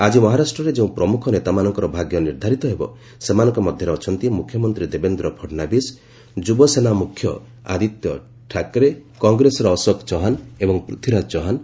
ଆଜି ମହାରାଷ୍ଟ୍ରରେ ଯେଉଁ ପ୍ରମୁଖ ନେତାମାନଙ୍କର ଭାଗ୍ୟ ନିର୍ଦ୍ଧାରିତ ହେବ ସେମାନଙ୍କ ମଧ୍ୟରେ ଅଛନ୍ତି ମୁଖ୍ୟମନ୍ତ୍ରୀ ଦେବେନ୍ଦ୍ର ଫଡନାବିସ୍ ଯୁବସେନା ମୁଖ୍ୟ ଆଦିତ୍ୟ ଠାକ୍ରେ କଂଗ୍ରେସର ଅଶୋକ ଚହାଣ ଏବଂ ପୃଥ୍ୱୀରାଜ ଚହାଣ